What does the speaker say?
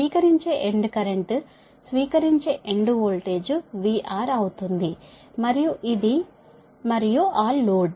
స్వీకరించే end current స్వీకరించే end voltage VR అవుతుంది మరియు ఇది మరియు ఆ లోడ్